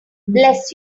bless